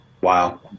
Wow